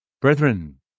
Brethren